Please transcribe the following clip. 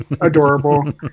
adorable